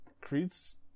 Creed's